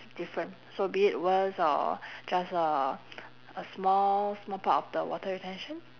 different so be it worst or just a a small small part of the water retention